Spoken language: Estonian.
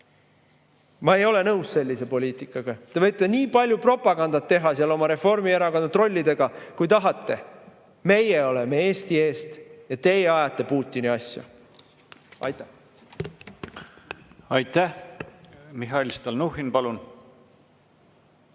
Ma ei ole nõus sellise poliitikaga. Te võite nii palju propagandat teha seal oma Reformierakonna trollidega, kui tahate. Meie oleme Eesti eest ja teie ajate Putini asja. Aitäh! Aitäh, hea Riigikogu